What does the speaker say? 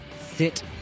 sit